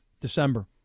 December